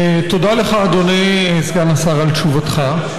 תודה לך, אדוני סגן השר, על תשובתך.